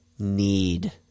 need